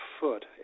foot